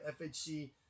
FHC